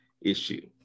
issue